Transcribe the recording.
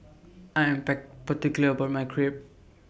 I Am particular about My Crepe